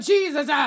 Jesus